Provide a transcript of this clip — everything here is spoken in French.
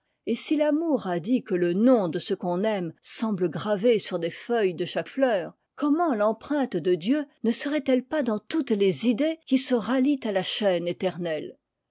et si l'amour a dit que le nom de ce qu'on aime semble gravé sur les feuilles de chaque fleur comment l'empreinte de dieu ne serait-elle pas dans toutes les idées qui se rallient à la chaîne éternelle